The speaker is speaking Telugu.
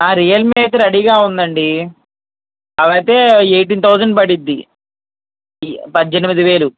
ఆ రియల్మీ అయితే రెడీగా ఉందండీ అదైతే ఎయిటీన్ థౌజండ్ పడుతుంది పద్దెనిమిది వేలు